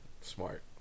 Smart